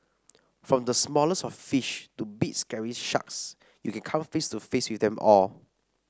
from the smallest of fish to big scary sharks you can come face to face with them all